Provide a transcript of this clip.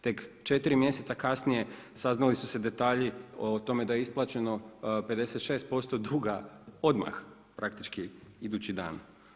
Tek 4 mjeseca kasnije saznali su se detalji o tome da je isplaćeno 56% duga odmah, praktički idući dan.